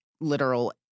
literal